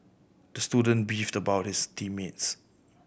the student beefed about his team mates